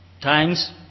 times